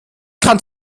kann